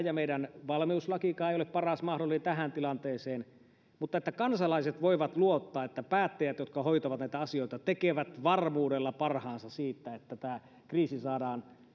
ja vaikka meidän valmiuslakikaan ei ole paras mahdollinen tähän tilanteeseen niin aivan varmasti kansalaiset voivat luottaa siihen että päättäjät jotka hoitavat näitä asioita tekevät varmuudella parhaansa että tämä kriisi saadaan